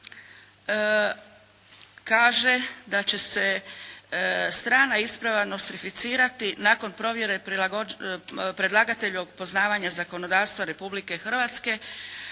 kaže da će se strana isprava nostrificirati nakon provjere predlagateljevog poznavanja zakonodavstva Republike Hrvatske